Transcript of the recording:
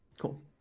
cool